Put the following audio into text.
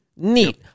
neat